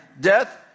Death